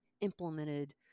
implemented